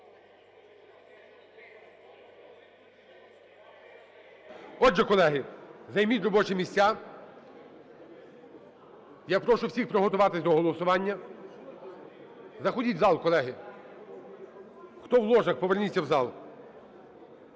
Отже, колеги, займіть робочі місця. Я прошу всіх приготуватись до голосування. Заходіть в зал, колеги. Хто в ложах, поверніться в зал.